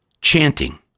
chanting